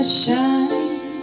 shine